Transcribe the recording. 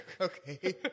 Okay